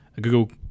Google